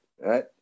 right